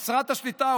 חסרת השליטה,